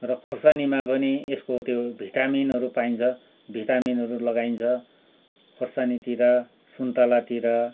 र खोर्सानीमा पनि यसको त्यो भिटामिनहरू पाइन्छ भिटामिनहरू लगाइन्छ खोर्सानीतिर सुन्तलातिर